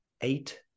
eight